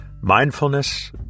Mindfulness